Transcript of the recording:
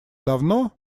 давно